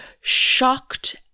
shocked